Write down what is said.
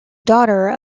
daughter